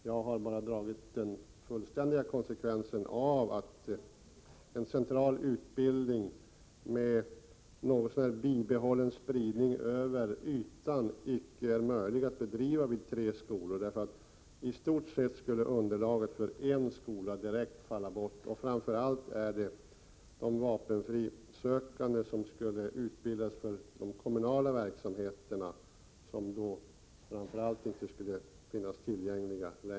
Jag har bara dragit den fullständiga konsekvensen av att en central utbildning med något så när bibehållen spridning över ytan inte är möjlig att bedriva vid tre skolor. I stort sett skulle ju underlaget för en skola falla bort, och framför allt skulle vapenfrisökande som skulle kunna utbildas för kommunala verksamheter inte längre finnas tillgängliga.